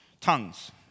Tongues